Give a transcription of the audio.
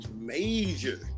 major